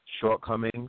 shortcomings